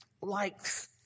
likes